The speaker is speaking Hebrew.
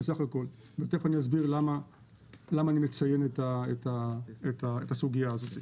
תכף אני אסביר למה אני מציין את הנתונים האלה.